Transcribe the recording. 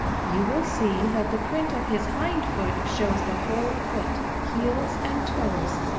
you will see that the print of his hind foot shows the whole foot, heels and toes,